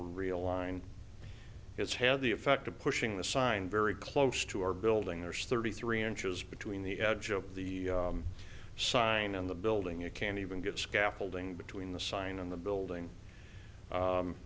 realigned has had the effect of pushing the sign very close to our building there's thirty three inches between the edge of the sign and the building you can't even get scaffolding between the sign and the building